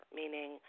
meaning